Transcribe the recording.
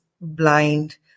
blind